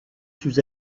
sous